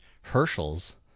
herschel's